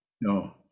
No